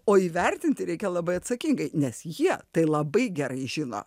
o įvertinti reikia labai atsakingai nes jie tai labai gerai žino